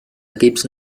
equips